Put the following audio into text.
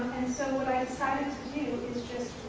so what i decided to do is just